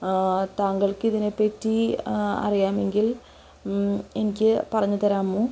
താങ്കൾക്ക് ഇതിനെപ്പറ്റി അറിയാമെങ്കിൽ എനിക്ക് പറഞ്ഞുതരാമോ